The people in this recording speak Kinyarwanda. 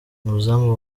umuzamu